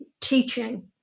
teaching